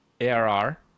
ARR